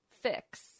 fix